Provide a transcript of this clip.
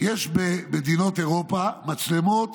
יש במדינות אירופה מצלמות